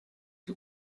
die